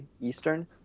Eastern